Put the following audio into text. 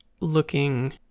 looking